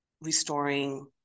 restoring